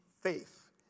faith